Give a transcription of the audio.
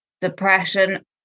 depression